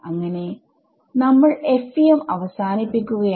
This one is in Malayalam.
അങ്ങനെ നമ്മൾ FEM അവസാനിപ്പിക്കുകയാണ്